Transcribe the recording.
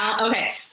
Okay